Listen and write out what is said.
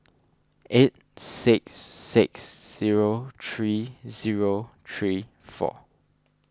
eight six six zero three zero three four